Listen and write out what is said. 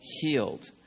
healed